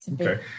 Okay